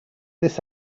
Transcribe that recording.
this